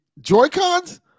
Joy-Cons